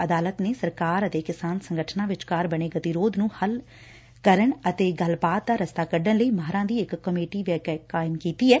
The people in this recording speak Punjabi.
ਅਦਾਲਤ ਨੇ ਸਰਕਾਰ ਅਤੇ ਕਿਸਾਨ ਸੰਗਠਨਾਂ ਵਿਚਕਾਰ ਬਣੇ ਗਤੀਰੋਧ ਨੰ ਹੱਲ ਕਰਨ ਅਤੇ ਗੱਲਬਾਤ ਦਾ ਰਸਤਾ ਕੱਢਣ ਲਈ ਮਾਹਿਰਾਂ ਦੀ ਇਕ ਕਮੇਟੀ ਵੀ ਕਾਇਮ ਕੀਤੀ ਐ